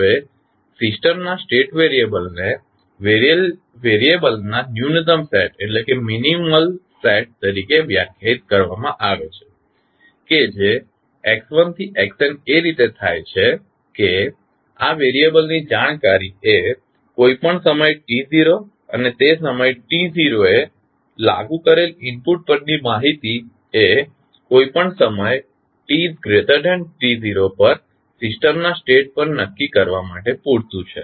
હવે સિસ્ટમના સ્ટેટ વેરીયબલને વેરીયબલના ન્યૂનતમ સેટ તરીકે વ્યાખ્યાયિત કરવામાં આવે છે કે જે x1 થી xn એ રીતે થાય છે કે આ વેરીયબલની જાણકારી એ કોઈપણ સમય t0 અને તે સમય t0 એ લાગુ કરેલ ઇનપુટ પરની માહિતી એ કોઈપણ સમય tto પર સિસ્ટમના સ્ટેટ પર નક્કી કરવા માટે પૂરતુ છે